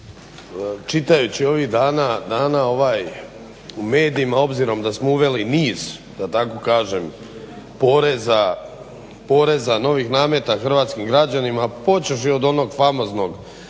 čitajući ovih dana u medijima obzirom da smo uveli niz da tako kažem poreza, novih nameta hrvatskim građanima počevši od onog famoznog